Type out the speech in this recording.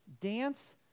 dance